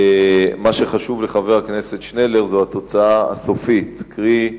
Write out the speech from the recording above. מה שחשוב לחבר הכנסת שנלר זה התוצאה הסופית, קרי,